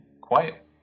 quiet